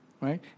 right